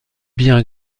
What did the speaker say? bien